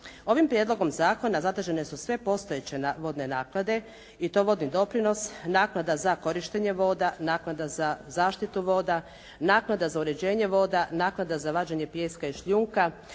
iz državnog proračuna iz vodnih naknada kao što su vodni doprinos, naknada za korištenje voda, naknada za zaštitu voda, naknada za uređenje voda, naknada za vađenje pijeska i šljunka,